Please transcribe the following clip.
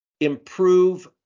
improve